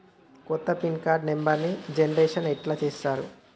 కొత్త pin card నెంబర్ని generation ఎట్లా చేత్తరు?